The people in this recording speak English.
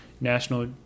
national